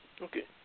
Okay